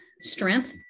strength